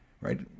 Right